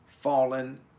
fallen